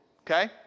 okay